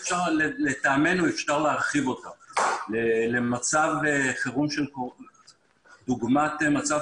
לטעמנו אפשר להרחיב אותה למצב חירום דוגמת מצב